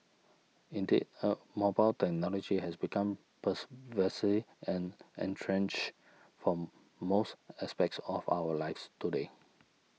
indeed a mobile technology has become persuasive and entrenched for most aspects of our lives today